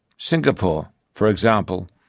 singapore, for example,